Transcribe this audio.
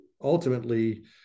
ultimately